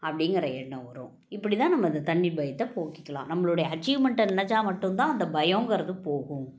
அப்படிங்கிற எண்ணம் வரும் இப்படிதான் நம்ம இந்த தண்ணி பயத்தை போக்கிக்கலாம் நம்மளுடைய அச்சீவ்மெண்ட்டை நெனைச்சா மட்டுந்தான் அந்த பயம்ங்கிறது போகும்